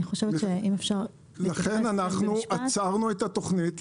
לכן עצרנו את התוכנית,